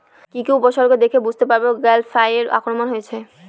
কি কি উপসর্গ দেখলে বুঝতে পারব গ্যাল ফ্লাইয়ের আক্রমণ হয়েছে?